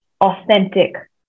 authentic